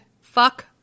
Fuck